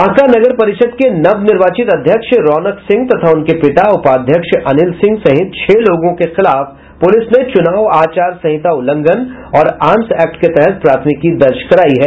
बांका नगर परिषद के नवनिर्वाचित अध्यक्ष रौनक सिंह तथा उनके पिता उपाध्यक्ष अनिल सिंह सहित छह लोगों के खिलाफ पुलिस ने चुनाव आचार संहिता उल्लंघन और आर्म्स एक्ट के तहत प्राथमिकी दर्ज करायी है